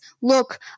Look